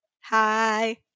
Hi